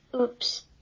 Oops